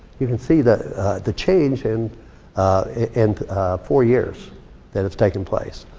you can see that the change in and four years that have taken place.